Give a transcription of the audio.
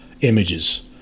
images